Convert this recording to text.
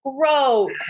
Gross